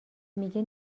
میگه